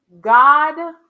God